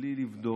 בלי לבדוק,